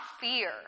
fear